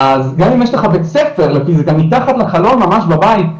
גם אם יש לך בית ספר לפיסיקה מתחת לחלון ממש בבית,